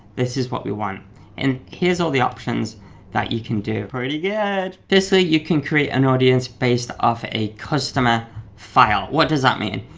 this is what we want and here's all the options that you can do. pretty good! this way ah you can create an audience based off a customer file. what does that mean?